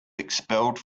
expelled